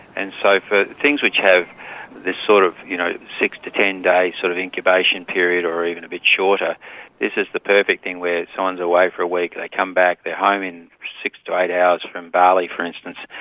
and so for things which have this sort of you know six to ten day sort of incubation period or even a bit shorter, this is the perfect thing where someone's away for a week, they come back, they're home in six to eight hours from bali for instance,